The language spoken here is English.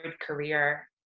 career